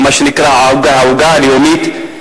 או מה שנקרא "העוגה הלאומית",